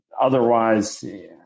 Otherwise